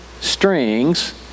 strings